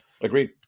agreed